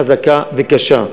חזקה וקשה,